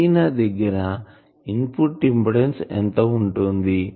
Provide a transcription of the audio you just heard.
antenna దగ్గర input impedance ఎంత ఉంటుంది